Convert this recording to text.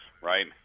right